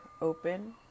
open